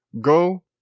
Go